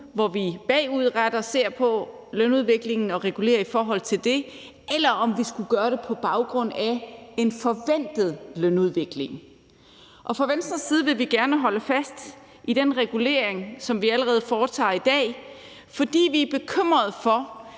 hvor vi bagudrettet ser på lønudviklingen og regulerer i forhold til det, eller om vi skulle gøre det på baggrund af en forventet lønudvikling. Og fra Venstres side vil vi gerne holde fast i den regulering, som vi allerede foretager i dag, fordi vi er bekymrede for,